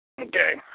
Okay